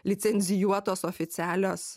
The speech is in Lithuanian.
licencijuotos oficialios